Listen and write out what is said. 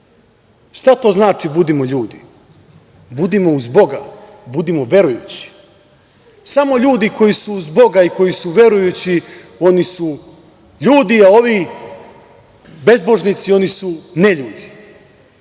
Šta to znači budimo ljudi? Budimo uz Boga, budimo verujući. Samo ljudi koji su uz Boga i koji su verujući, oni su ljudi, a ovi bezbožnici, oni su neljudi. Moram